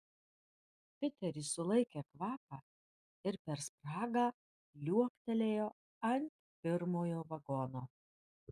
piteris sulaikė kvapą ir per spragą liuoktelėjo ant pirmojo vagono